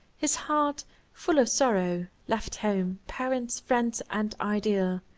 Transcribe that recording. his heart full of sorrow, left home, parents, friends, and ideal,